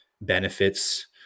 benefits